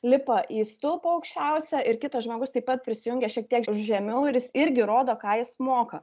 lipa į stulpą aukščiausią ir kitas žmogus taip pat prisijungia šiek tiek žemiau ir jis irgi rodo ką jis moka